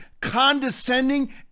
condescending